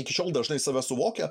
iki šiol dažnai save suvokia